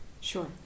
Sure